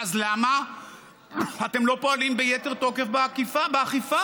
אז למה אתם לא פועלים ביתר תוקף באכיפה?